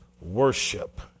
worship